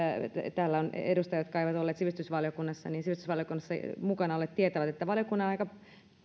täällä on edustajia jotka eivät olleet sivistysvaliokunnassa sivistysvaliokunnassa mukana olleet tietävät että valiokunnan aika